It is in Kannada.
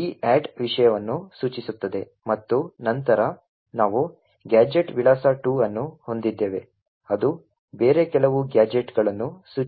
ಈ ಆಡ್ ವಿಷಯವನ್ನು ಸೂಚಿಸುತ್ತದೆ ಮತ್ತು ನಂತರ ನಾವು ಗ್ಯಾಜೆಟ್ ವಿಳಾಸ 2 ಅನ್ನು ಹೊಂದಿದ್ದೇವೆ ಅದು ಬೇರೆ ಕೆಲವು ಗ್ಯಾಜೆಟ್ಗಳನ್ನು ಸೂಚಿಸುತ್ತದೆ